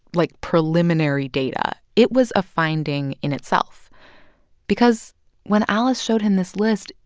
like, preliminary data. it was a finding in itself because when alice showed him this list,